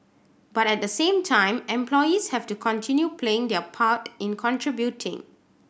but at the same time employees have to continue playing their part in contributing